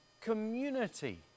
community